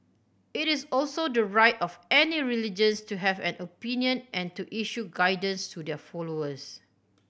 it is also the right of any religions to have an opinion and to issue guidance to their followers